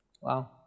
Wow